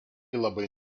labai